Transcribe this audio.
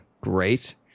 Great